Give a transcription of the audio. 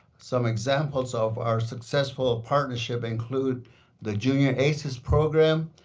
some examples of our successful ah partnership include the junior aces program,